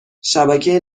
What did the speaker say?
شبکه